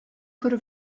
could